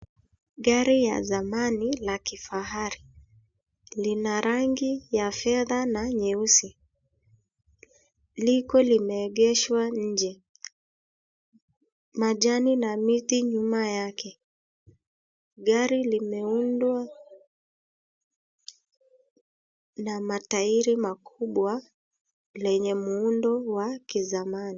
Gari ya zamani la kifahari. Lina rangi ya fedha na nyeusi. Liko limeegeshwa nje. Majani na miti nyuma yake. Gari limeundwa na matairi makubwa lenye muundo wa kizamani.